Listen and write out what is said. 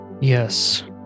Yes